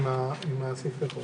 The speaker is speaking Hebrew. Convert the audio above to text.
גם של נשיאים וראשי ממשלה,